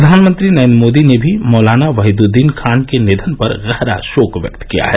प्रधानमंत्री नरेन्द्र मोदी ने भी मौलाना वहीदुद्दीन खान के निधन पर गहरा शोक व्यक्त किया है